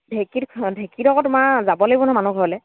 ঢেঁকীত অঁ ঢেঁকীত আকৌ তোমাৰ যাব লাগিব নহয় মানুহ ঘৰলৈ